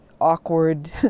awkward